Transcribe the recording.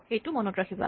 সেইটো মনত ৰাখিবা